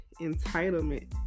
entitlement